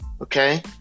Okay